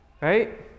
Right